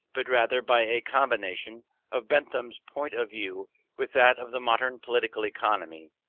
but rather by a combination of bentham's point of view with that of the modern political economy,